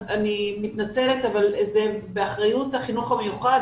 אני מתנצלת אבל זה באחריות החינוך המיוחד,